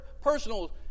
personal